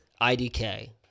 IDK